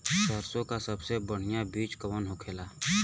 सरसों का सबसे बढ़ियां बीज कवन होखेला?